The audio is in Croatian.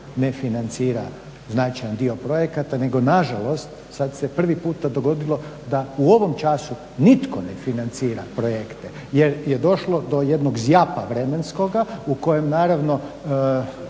ne financira značajan dio projekata nego nažalost sad se prvi puta dogodilo da u ovom času nitko ne financira projekte jer je došlo do jednog zjapa vremenskoga u kojem naravno